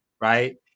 right